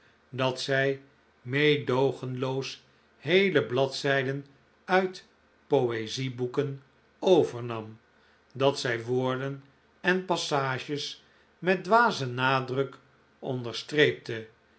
dat zij meedoogenloos heele bladzijden uit poezieboeken overnam dat zij woorden en passages met dwazen nadruk onderstreepte